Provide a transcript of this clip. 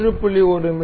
1 மி